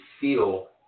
feel